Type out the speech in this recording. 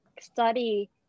study